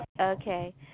Okay